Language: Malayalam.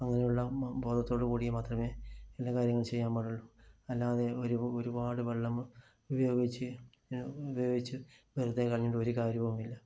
അങ്ങനെയുള്ള ബോധത്തോട് കൂടി മാത്രമേ എല്ലാ കാര്യങ്ങളും ചെയ്യാൻ പാടുള്ളൂ അല്ലാതെ ഒരു ഒരുപാട് വെള്ളം ഉപയോഗിച്ച് ഉപയോഗിച്ച് വെറുതെ കളഞ്ഞിട്ട് ഒരുകാര്യവുമില്ല